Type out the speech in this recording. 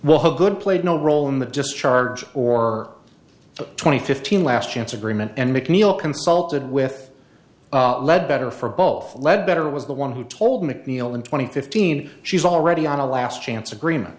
will have good played no role in the discharge or the twenty fifteen last chance agreement and mcneil consulted with lead better for both lead better was the one who told mcneil and twenty fifteen she's already on a last chance agreement